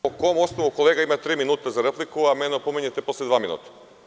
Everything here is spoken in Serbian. Po kom osnovu kolega ima tri minuta za repliku, a mene opominjete posle dva minuta?